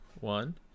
one